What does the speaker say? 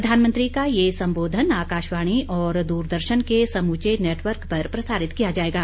प्रधानमंत्री का ये संबोधन आकाशवाणी और द्रदर्शन के समूचे नेटवर्क पर प्रसारित किया जाएगा